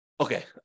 Okay